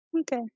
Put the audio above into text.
Okay